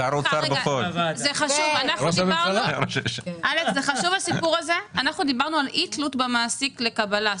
אנחנו דיברנו על אי תלות במעסיק לקבלה.